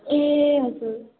ए हजुर